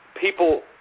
people